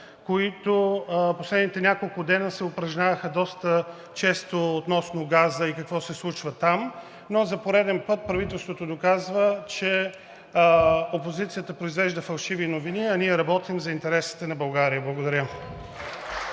които последните няколко дни се упражняваха доста често относно газа и какво се случва там. Но за пореден път правителството доказва, че опозицията произвежда фалшиви новини, а ние работим за интересите на България. Благодаря.